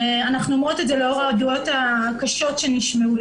אנחנו אומרות את זה לאור העדויות הקשות שנשמעו,